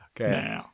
Okay